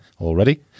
already